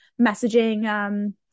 messaging